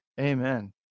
Amen